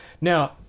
Now